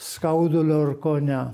skaudulio ir kone